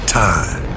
time